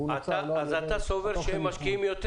אז אתה סובר שהם משקיעים יותר?